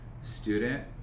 student